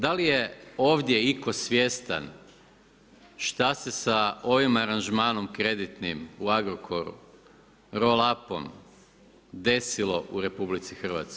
Da li je ovdje itko svjestan šta se sa ovim aranžmanom kreditnim u Agrokoru, Roll up-om, desilo u RH?